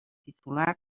titular